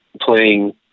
playing